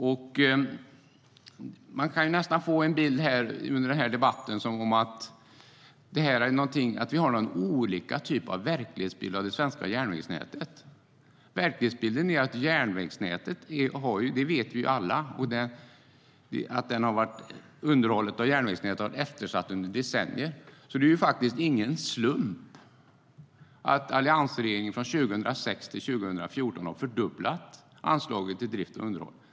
Det har ju framgått under debatten att vi har olika verklighetsbilder av det svenska järnvägsnätet. Alla vet att underhållet av järnvägsnätet har varit eftersatt under decennier. Det är faktiskt ingen slump att alliansregeringen under åren 2006-2014 har fördubblat anslaget till drift och underhåll.